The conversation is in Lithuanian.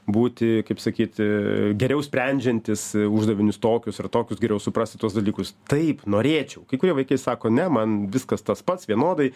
būti kaip sakyti geriau sprendžiantis uždavinius tokius ir tokius geriau suprasti tuos dalykus taip norėčiau kai kurie vaikai sako ne man viskas tas pats vienodai